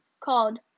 called